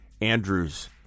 Andrews